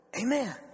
Amen